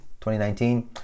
2019